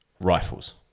rifles